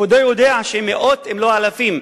כבודו יודע שמאות, אם לא אלפים,